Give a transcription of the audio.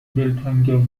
دلتنگم